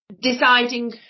deciding